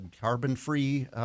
carbon-free